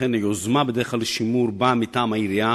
ולכן היוזמה לשימור בדרך כלל באה מטעם העירייה